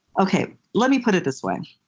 okay, let me put it this way,